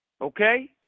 Okay